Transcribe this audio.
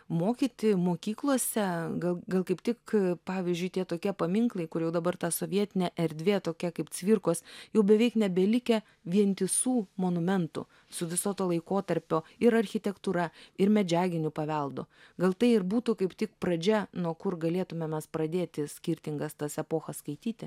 mokyti mokyklose gal gal kaip tik pavyzdžiui tie tokie paminklai kur jau dabar ta sovietinė erdvė tokia kaip cvirkos jau beveik nebelikę vientisų monumentų su viso to laikotarpio ir architektūra ir medžiaginiu paveldu gal tai ir būtų kaip tik pradžia nuo kur galėtumėme pradėti skirtingas tas epochas skaityti